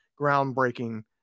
groundbreaking